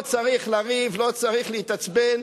לא צריך לריב, לא צריך להתעצבן.